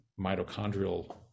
mitochondrial